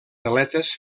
aletes